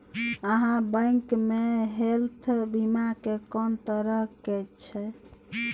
आहाँ बैंक मे हेल्थ बीमा के कोन तरह के छै?